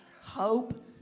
hope